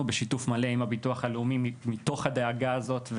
בשיתוף מלא עם הביטוח הלאומי מתוך הדאגה הזאת,